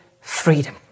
freedom